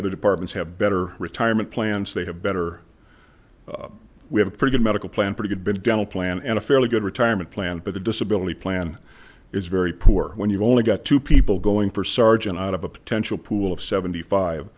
other departments have better retirement plans they have better we have a pretty good medical plan pretty good been dental plan and a fairly good retirement plan but the disability plan is very poor when you've only got two people going for sergeant out of a potential pool of seventy five